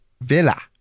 Villa